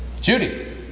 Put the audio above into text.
Judy